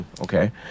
Okay